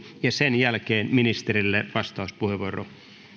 sen jälkeen ministerille vastauspuheenvuoro